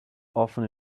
often